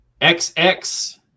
XX